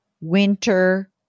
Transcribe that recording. winter